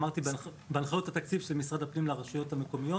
אמרתי שבהנחיות התקציב של משרד הפנים לרשויות המקומיות